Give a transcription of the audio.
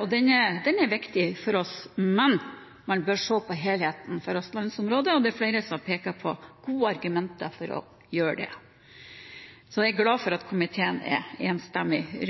og den er viktig for oss, men man bør se på helheten for østlandsområdet. Det er flere som har pekt på gode argumenter for å gjøre det, så jeg er glad for at komiteen er enstemmig. I